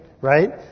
Right